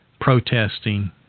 protesting